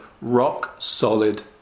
rock-solid